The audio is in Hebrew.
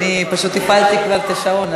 פשוט הפעלתי כבר את השעון,